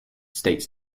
states